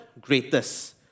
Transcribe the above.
greatest